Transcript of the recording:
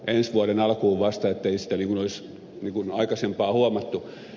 ensi vuoden alkuun vasta ettei sitä olisi aikaisemmin huomattu